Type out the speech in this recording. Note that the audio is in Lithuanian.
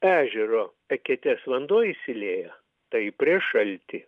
ežero eketės vanduo išsiliejo tai prieš šaltį